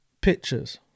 pictures